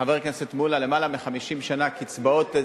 חבר הכנסת מולה, יותר מ-50 שנה, קצבאות,